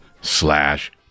slash